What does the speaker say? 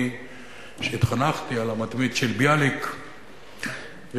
אני שהתחנכתי על "המתמיד" של ביאליק והכרתי